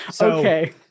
okay